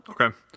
Okay